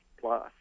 plus